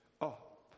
up